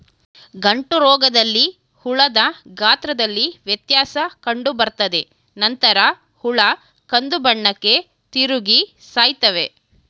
ಗಂಟುರೋಗದಲ್ಲಿ ಹುಳದ ಗಾತ್ರದಲ್ಲಿ ವ್ಯತ್ಯಾಸ ಕಂಡುಬರ್ತದೆ ನಂತರ ಹುಳ ಕಂದುಬಣ್ಣಕ್ಕೆ ತಿರುಗಿ ಸಾಯ್ತವೆ